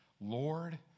Lord